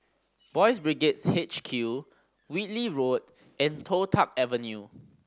Boys' Brigade H Q Whitley Road and Toh Tuck Avenue